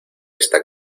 esta